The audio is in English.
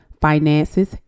finances